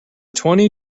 twenty